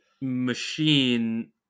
machine